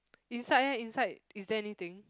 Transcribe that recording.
inside leh inside is there anything